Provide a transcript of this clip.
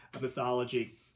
mythology